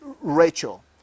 Rachel